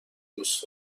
دوست